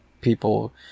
people